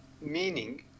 meaning